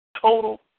Total